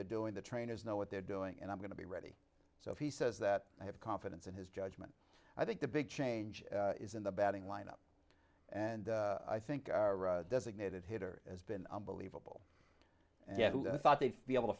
they're doing the trainers know what they're doing and i'm going to be ready so if he says that i have confidence in his judgment i think the big change is in the batting line up and i think designated hitter as been unbelievable yeah i thought they'd be able to